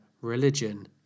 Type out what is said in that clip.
religion